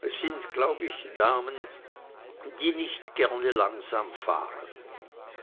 es sind glaub ich damen die nicht gerne langsam fahren